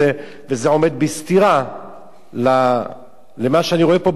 וזה עומד בסתירה למה שאני רואה פה בכותרת,